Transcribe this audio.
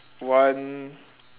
one